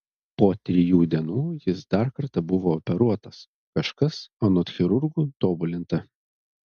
po trijų dienų jis dar kartą buvo operuotas kažkas anot chirurgų tobulinta